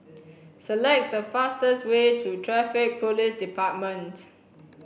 select the fastest way to Traffic police department